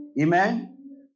Amen